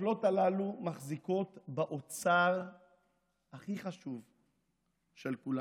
המטפלות הללו מחזיקות באוצר הכי חשוב של כולנו.